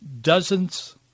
Dozens